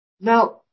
Now